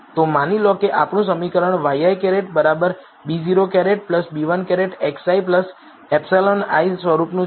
તો માની લો કે આપણું સમીકરણ ŷi β̂₀ β̂1 xi εi સ્વરૂપનું છે